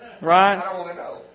Right